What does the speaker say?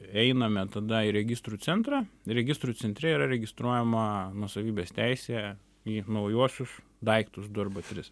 einame tada į registrų centrą registrų centre yra registruojama nuosavybės teisė į naujuosius daiktus du arba tris